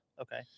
Okay